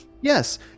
yes